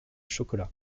chocolat